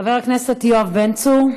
חבר הכנסת יואב בן צור,